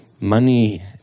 money